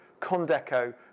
Condeco